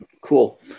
Cool